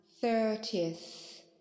thirtieth